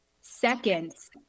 seconds